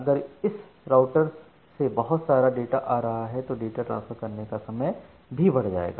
अगर इस राउटर से बहुत सारा डाटा आ रहा है तो डाटा ट्रांसफर करने का समय भी बढ़ जाएगा